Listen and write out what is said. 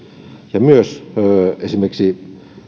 ja myös esimerkiksi